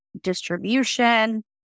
distribution